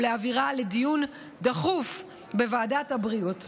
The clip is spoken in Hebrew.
ולהעבירה לדיון דחוף בוועדת הבריאות.